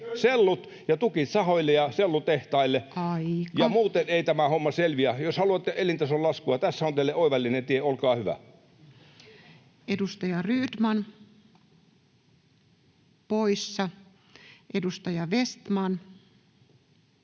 sellut ja tukit sahoille ja sellutehtaille, [Puhemies: Aika!] muuten ei tämä homma selviä. Jos haluatte elintason laskua, tässä on teille oivallinen tie, olkaa hyvä. [Speech 184] Speaker: Toinen